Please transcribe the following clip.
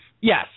Yes